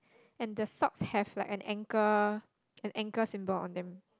and the socks have like an ankle an ankle symbol on them